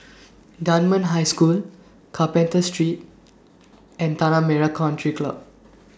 Dunman High School Carpenter Street and Tanah Merah Country Club